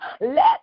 let